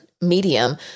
medium